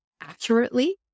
accurately